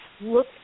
look